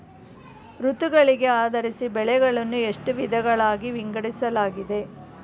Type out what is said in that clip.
ಋತುಗಳಿಗೆ ಆಧರಿಸಿ ಬೆಳೆಗಳನ್ನು ಎಷ್ಟು ವಿಧಗಳಾಗಿ ವಿಂಗಡಿಸಲಾಗಿದೆ?